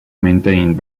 maintained